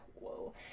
whoa